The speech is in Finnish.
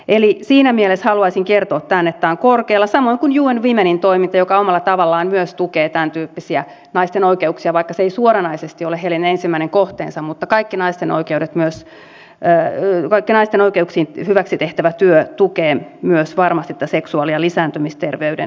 eli siinä mielessä haluaisin kertoa tämän että tämä on korkealla samoin kuin un womenin toiminta joka omalla tavallaan myös tukee tämäntyyppisiä naisten oikeuksia vaikka se ei suoranaisesti ole heidän ensimmäinen kohteensa mutta kaikki naisten oikeuksien hyväksi tehtävä työ tukee myös varmasti tätä seksuaali ja lisääntymisterveyden edistämistä